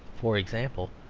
for example,